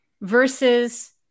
versus